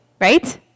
right